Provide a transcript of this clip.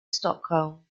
stockholm